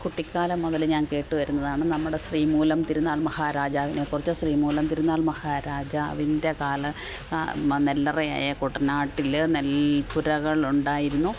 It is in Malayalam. കുട്ടിക്കാലം മുതൽ ഞാൻ കേട്ട് വരുന്നതാണ് നമ്മുടെ ശ്രീമൂലം തിരുനാൾ മഹാരാജാവിനെക്കുറിച്ച് ശ്രീ മൂലം തിരുനാൾ മഹാരാജാവിന്റെ കാല നെല്ലറയയ കുട്ടനാട്ടിൽ നെൽപ്പുരകളുണ്ടായിരുന്നു